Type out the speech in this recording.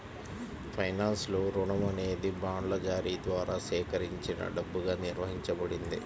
ఫైనాన్స్లో, రుణం అనేది బాండ్ల జారీ ద్వారా సేకరించిన డబ్బుగా నిర్వచించబడింది